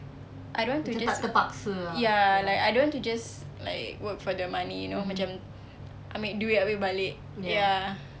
I don't want to just ya like I don't want to just work for the money you know macam ambil duit abeh balik ya